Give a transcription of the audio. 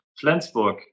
Flensburg